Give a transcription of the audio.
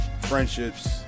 friendships